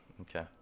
okay